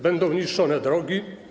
Będą niszczone drogi.